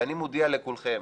ואני מודיע לכולכם,